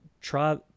Try